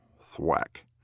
Thwack